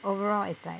overall it's like